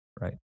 right